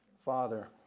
Father